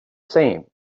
same